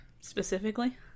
specifically